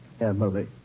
Emily